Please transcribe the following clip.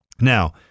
Now